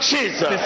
Jesus